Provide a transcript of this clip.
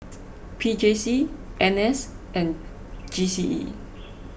P J C N S and G C E